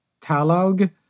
Talog